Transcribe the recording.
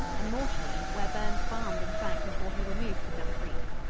and mauchline, where burns farmed and sang before he removed to dumfries.